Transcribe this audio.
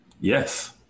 yes